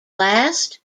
last